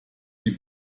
die